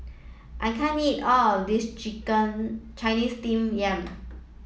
I can't eat all of this chicken Chinese steam yam